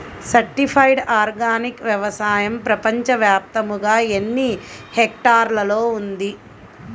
Certified organic వ్యవసాయం ప్రపంచ వ్యాప్తముగా ఎన్నిహెక్టర్లలో ఉంది?